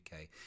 UK